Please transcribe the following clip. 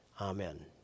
Amen